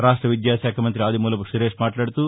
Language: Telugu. రాష్ట విద్యాశాఖ మంత్రి ఆదిమూలపు సురేశ్ మాట్లాడుతూ